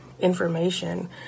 information